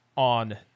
On